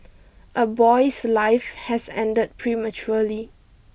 a boy's life has ended prematurely